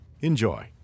Enjoy